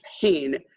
pain